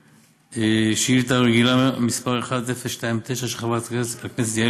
תיקון לשאילתה רגילה מס' 1029 של חברת הכנסת יעל